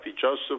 Joseph